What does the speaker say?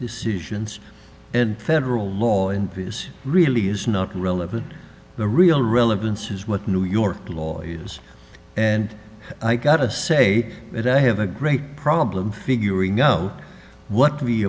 decisions and federal law in vegas really is not relevant the real relevance is what new york lawyer has and i gotta say that i have a great problem figuring no what we